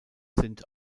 sind